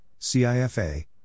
CIFA